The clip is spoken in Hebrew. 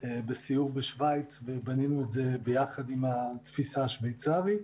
זו מדינה שתישאר מאחור,